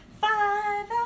five